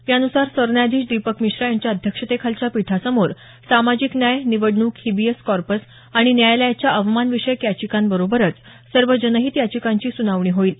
या नुसार सर न्यायाधीश दीपक मिश्रा यांच्या अध्यक्षतेखालच्या पीठासमोर सामाजिक न्याय निवडणूक हिबियस कॉर्पस आणि न्यायालयाच्या अवमान विषयक याचिकांबरोबरच सर्व जनहीत याचिकांची सुनावणी होईल